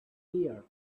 year